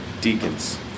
deacons